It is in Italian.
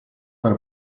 per